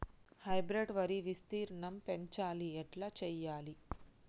Hybrid వరి విస్తీర్ణం పెంచాలి ఎట్ల చెయ్యాలి?